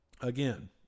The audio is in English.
again